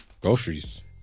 groceries